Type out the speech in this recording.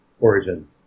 origin